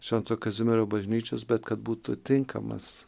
švento kazimiero bažnyčios bet kad būtų tinkamas